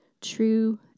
true